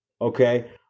Okay